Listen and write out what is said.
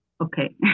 okay